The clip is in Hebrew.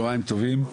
טובים,